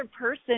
person